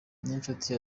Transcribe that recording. niyonshuti